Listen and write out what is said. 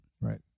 right